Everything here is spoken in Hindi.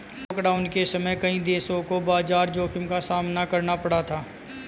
लॉकडाउन के समय कई देशों को बाजार जोखिम का सामना करना पड़ा था